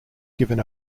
given